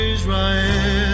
Israel